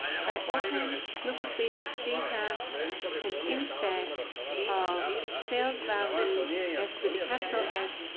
if i open lucas basics data and instead of sales value s with a capital s,